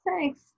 Thanks